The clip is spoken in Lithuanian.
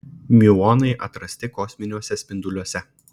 miuonai atrasti kosminiuose spinduoliuose